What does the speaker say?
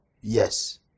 Yes